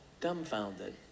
dumbfounded